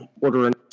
ordering